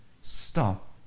stop